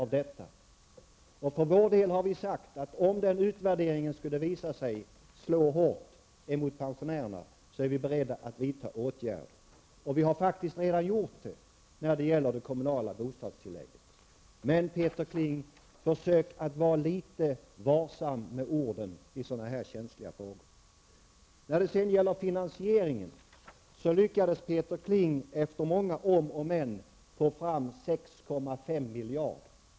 Vi har sagt att om det vid denna utvärdering skulle visa sig att skattereformen slår hårt mot pensionärerna är vi beredda att vidta åtgärder. Och vi har faktiskt redan gjort det i fråga om det kommunala bostadstillägget. Men, Peter Kling, försök vara litet varsam med orden i sådana känsliga frågor. Beträffande finansieringen lyckades Peter Kling efter många om och men att få fram 6,5 miljarder.